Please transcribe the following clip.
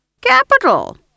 Capital